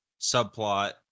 subplot